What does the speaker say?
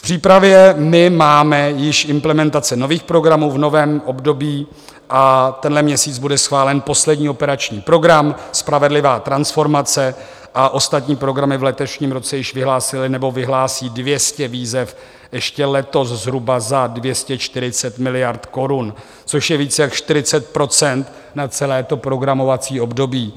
V přípravě máme již implementace nových programů v novém období a tenhle měsíc bude schválen poslední operační program Spravedlivá transformace, a ostatní programy v letošním roce již vyhlásily nebo vyhlásí 200 výzev, ještě letos zhruba za 240 miliard korun, což je více jak 40 % na celé to programovací období.